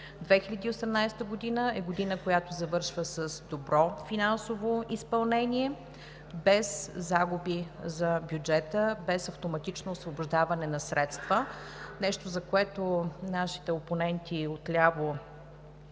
2018 година е годината, която завършва с добро финансово изпълнение – без загуби за бюджета, без автоматично освобождаване на средства – нещо, за което нашите опоненти отляво